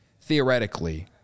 theoretically